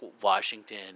Washington